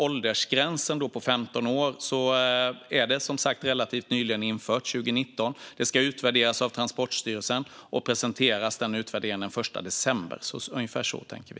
Åldersgränsen på 15 år är som sagt införd relativt nyligen, 2019. Den ska utvärderas av Transportstyrelsen, och utvärderingen ska presenteras den 1 december. Ungefär så tänker vi.